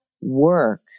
work